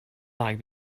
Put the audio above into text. like